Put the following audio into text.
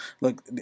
look